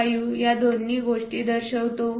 45 या दोन्ही गोष्टी दर्शवितो